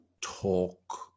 talk